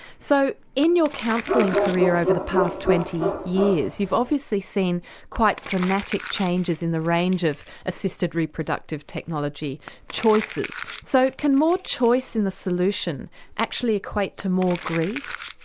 so in your counselling career over the past twenty years you've obviously seen quite dramatic changes in the range of assisted reproductive technology choices. so can more choice in the solution actually equate to more grief?